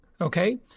okay